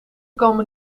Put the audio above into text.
komen